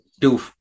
two